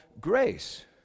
grace